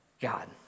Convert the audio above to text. God